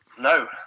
No